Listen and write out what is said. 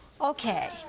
Okay